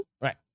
right